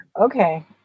Okay